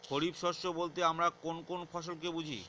খরিফ শস্য বলতে আমরা কোন কোন ফসল কে বুঝি?